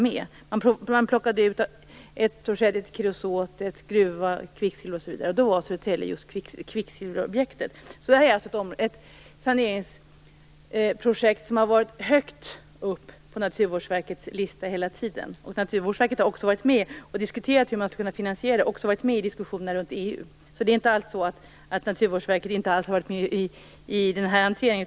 Man plockade ut några projekt; ett kreosot-, ett gruv-, ett kvicksilverprojekt osv. Södertälje var alltså kvicksilverobjektet den gången. Detta saneringsprojekt har alltså funnits högt upp på Naturvårdsverkets lista hela tiden. Verket har också varit med och diskuterat hur man skall kunna finansiera detta, samt i diskussioner runt EU. Det är alltså inte alls så att Naturvårdsverket inte har varit med i hanteringen.